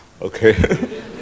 okay